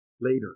Later